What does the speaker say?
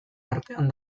artean